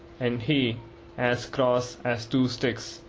and he as cross as two sticks.